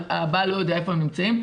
הבעל לא יודע היכן הם נמצאים,